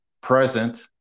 present